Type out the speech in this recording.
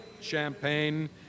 champagne